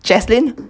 jaslyn